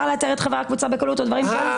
לאתר את חברי הקבוצה בקלות או דברים כאלה,